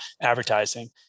advertising